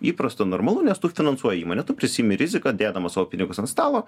įprasta normalu nes tu finansuoji į įmonę tu prisiimi riziką dėdamas savo pinigus ant stalo